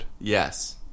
Yes